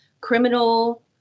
criminal